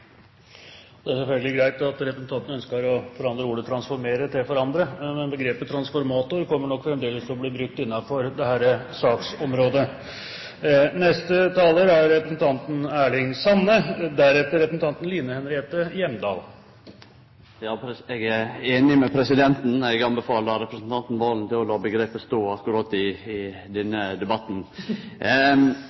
er selvfølgelig greit at representanten ønsker å forandre ordet transformere til forandre, men begrepet «transformator» kommer nok fremdeles til å bli brukt innenfor dette saksområdet. Eg er einig med presidenten. Eg anbefaler representanten Valen å la omgrepet stå i akkurat denne debatten. Utbygging av kraftlinjer rører ved minst fire saker som er viktige for Senterpartiet: forsyningstryggleik, miljø, naturforvalting og lokalsamfunn. I